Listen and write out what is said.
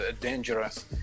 dangerous